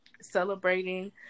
celebrating